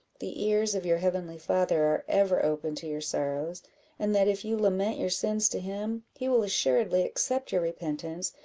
the ears of your heavenly father are ever open to your sorrows and that, if you lament your sins to him, he will assuredly accept your repentance,